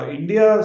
India